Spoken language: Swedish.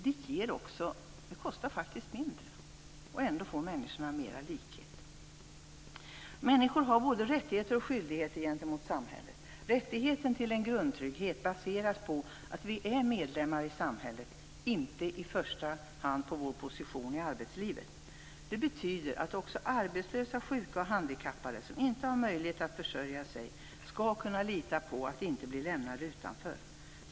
Faktum är att det kostar mindre. Ändå blir det mera likhet för människorna. Människor har både rättigheter och skyldigheter gentemot samhället. Rätten till grundtrygghet baseras på att vi är medlemmar i samhället, inte i första hand på vår position i arbetslivet. Det betyder att också arbetslösa, sjuka och handikappade som inte har möjlighet att försörja sig skall kunna lita på att de inte blir lämnade utanför.